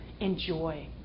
Enjoy